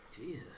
Jesus